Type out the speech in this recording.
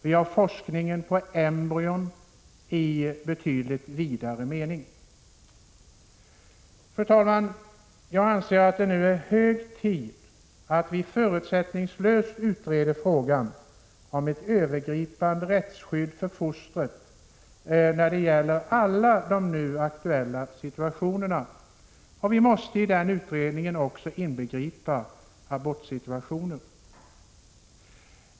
Det förekommer också forskning i betydligt vidare mening på embryon. Fru talman! Jag anser att det nu är hög tid att vi förutsättningslöst utreder frågan om ett övergripande rättsskydd för fostret när det gäller alla de nu aktuella situationerna. Vi måste i den utredningen också inbegripa abortsituationen.